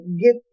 get